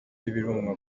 y’ibirunga